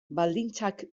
baldintzak